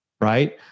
right